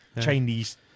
Chinese